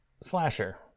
Slasher